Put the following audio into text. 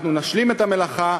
אנחנו נשלים את המלאכה,